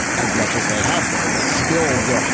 as much as they have been, it's still the hub.